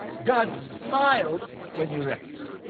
god smiles when you rest.